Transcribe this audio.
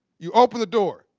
you open the door.